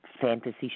fantasy